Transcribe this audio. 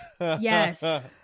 Yes